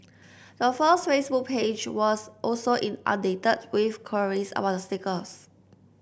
the firm's Facebook page was also inundated with queries about the stickers